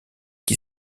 qui